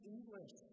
English